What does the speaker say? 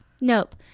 Nope